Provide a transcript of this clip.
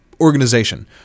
organization